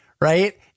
right